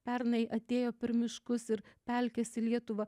pernai atėjo per miškus ir pelkes į lietuvą